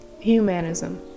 Humanism